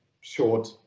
short